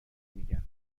میگن